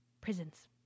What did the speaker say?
Prisons